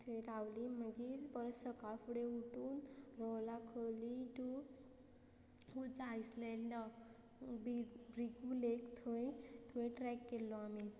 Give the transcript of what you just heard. थंय रावली मागीर परत सकाळ फुडें उठून रोला खवली टू उज आयसलँड ब्रिगू लेक थंय थंय ट्रॅक केल्लो आमी